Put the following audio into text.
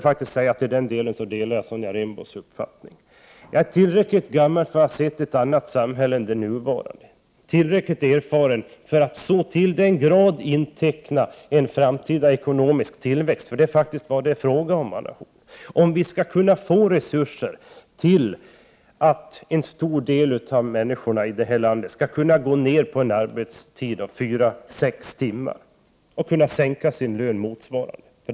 Jag måste säga att jag här delar Sonja Rembos uppfattning. Jag är tillräckligt gammal för att ha sett ett annat samhälle än det nuvarande. Dessutom är jag tillräckligt erfaren för att inte så till den grad inteckna en framtida ekonomisk tillväxt — för det är faktiskt detta som det är fråga om, Anna Horn af Rantzien — för att det skall kunna skapas resurser för att många av människorna i det här landet skall kunna sänka arbetstiden till 4-6 timmar om dagen och därmed minska lönen i motsvarande grad.